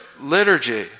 liturgy